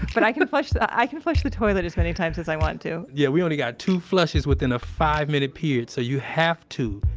but i can flush the, i can flush the toilet as many times as i want to yeah. we only got two flushes within a five minute period, so you have to,